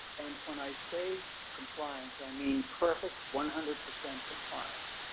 and when i say compliance, i mean perfect, one hundred percent compliance.